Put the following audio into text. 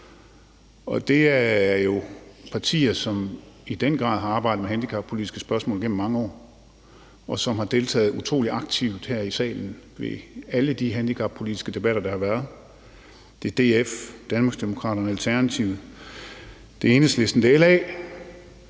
og det er jo partier, som i den grad har arbejdet med handicappolitiske spørgsmål gennem mange år, og som har deltaget utrolig aktivt her i salen ved alle de handicappolitiske debatter, der har været. Det er DF, Danmarksdemokraterne, Alternativet, Enhedslisten, og det